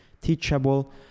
teachable